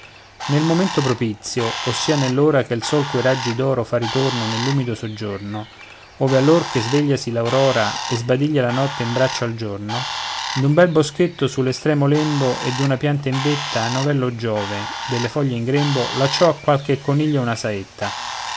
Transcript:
nel momento propizio ossia nell'ora che il sol coi raggi d'oro fa ritorno nell'umido soggiorno ovvero allor che svegliasi l'aurora e sbadiglia la notte in braccio al giorno d'un bel boschetto sull'estremo lembo e d'una pianta in vetta novello giove delle foglie in grembo lancio a qualche coniglio una saetta